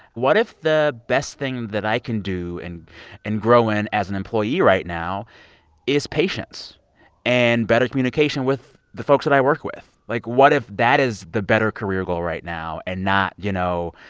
what if the best thing that i can do and and grow in as an employee right now is patience and better communication with the folks that i work with? like, what if that is the better career goal right now, and not, you know,